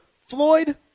Floyd